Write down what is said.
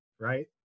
right